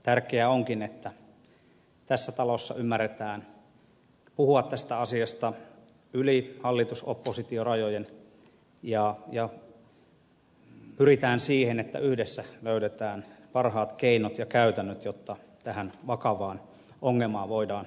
tärkeää onkin että tässä talossa ymmärretään puhua tästä asiasta yli hallitusoppositio rajojen ja pyritään siihen että yhdessä löydetään parhaat keinot ja käytännöt jotta tähän vakavaan ongelmaan voidaan puuttua